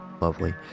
Lovely